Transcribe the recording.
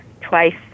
twice